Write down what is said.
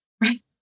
Right